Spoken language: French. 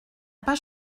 pas